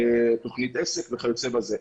תוכנית עסק וכיוצא בזה.